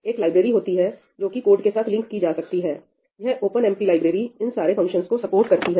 एक लाइब्रेरी होती है जो कि कोड के साथ लिंक की जा सकती है यह OpenMP लाइब्रेरी इन सारे फंक्शन को सपोर्ट करती है